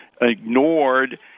ignored